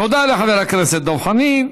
תודה לחבר הכנסת דב חנין.